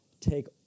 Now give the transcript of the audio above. take